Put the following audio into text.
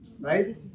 Right